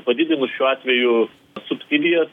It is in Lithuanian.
padidinus šiuo atveju subsidijas